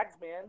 man